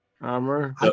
armor